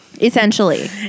Essentially